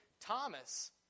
Thomas